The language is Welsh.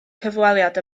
cyfweliad